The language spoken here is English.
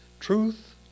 Truth